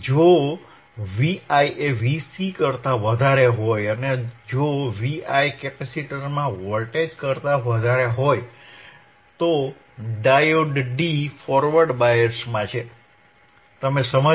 જો Vi એ Vc કરતા વધારે હોય અને જો Vi કેપેસિટરમાં વોલ્ટેજ કરતા વધારે હોય તો ડાયોડ D ફોરવર્ડ બાયસમાં છે તમે સંમત છો